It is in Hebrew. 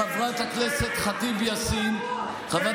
חברת הכנסת ח'טיב יאסין,